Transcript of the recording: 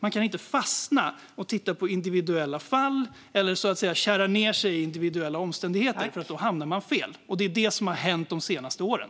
Man kan inte fastna och titta på individuella fall eller kära ned sig i individuella omständigheter, för då hamnar man fel. Och det är det som har hänt de senaste åren.